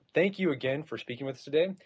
thank you again for speaking with us today.